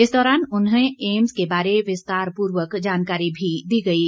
इस दौरान उन्हें एम्स के बारे में विस्तारपूर्व जानकारी भी दी गई है